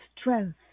strength